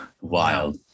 Wild